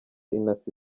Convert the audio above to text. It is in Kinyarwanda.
intasi